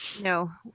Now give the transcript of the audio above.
No